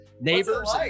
neighbors